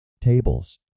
tables